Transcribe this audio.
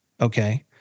okay